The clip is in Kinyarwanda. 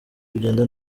kugenda